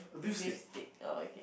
beef steak okay